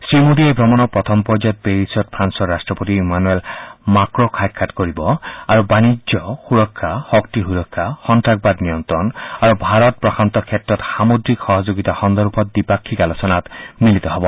শ্ৰীমোদীয়ে এই ভ্ৰমণৰ প্ৰথম পৰ্যায়ত পেৰিছত ফ্ৰালৰ ৰাট্টপতি ইমানুৱেল মাঁক্ৰ'ক সাক্ষাৎ কৰিব আৰু বাণিজ্য সূৰক্ষা শক্তি সুৰক্ষা সন্তাসবাদ নিয়ন্তণ আৰু ভাৰত প্ৰশান্ত ক্ষেত্ৰত সামুদ্ৰিক সহযোগিতা সন্দৰ্ভত দ্বিপাক্ষিক আলোচনাত মিলিত হব